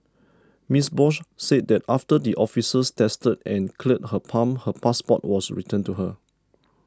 Miss Bose said that after the officers tested and cleared her pump her passport was returned to her